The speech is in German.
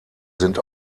sind